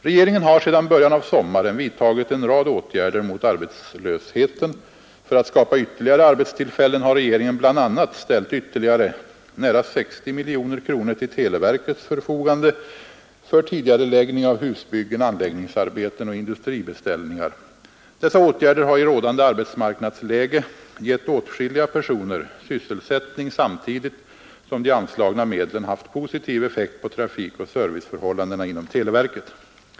Regeringen har sedan början av sommaren vidtagit en rad åtgärder mot arbetslösheten. För att skapa ytterligare arbetstillfällen har regeringen bl.a. ställt ytterligare nära 60 miljoner kronor till televerkets förfogande för tidigareläggning av husbyggen, anläggningsarbeten och industribeställningar. Dessa åtgärder har i rådande arbetsmarknadsläge gett åtskilliga personer sysselsättning samtidigt som de anslagna medlen haft positiv effekt på trafikoch serviceförhållandena inom televerket.